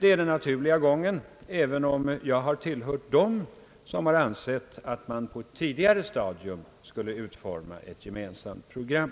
Det är den naturliga gången, även om jag har tillhört dem som ansett att man på ett tidigare stadium skulle utforma ett gemensamt program.